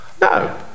no